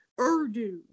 Urdu